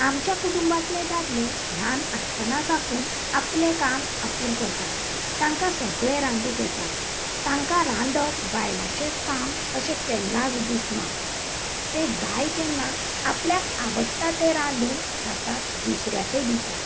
आमच्या कुटूंबातले दादले ल्हान आसतना साकून आपलें काम आपूण करतात तांकां सगळें रांदूंक येता तांका रांदप बायलांचेच काम अशें केन्नाच दिसना ते जाय तेन्ना आपल्याक आवडटा तें रांदून खातात दुसऱ्याकय दितात